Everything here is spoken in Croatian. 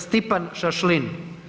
Stipan Šašlin.